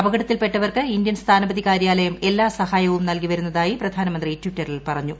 അപകടത്തിൽപ്പെട്ടവർക്ക് Indian സ്ഥാനപതി കാര്യാലയം എല്ലാ സഹായവും നൽകി വരുന്നതായി പ്രധാനമന്ത്രി ടിറ്ററിൽ പറഞ്ഞു